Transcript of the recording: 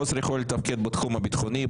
חוסר יכולת לתפקד בתחום הביטחוני,